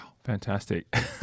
Fantastic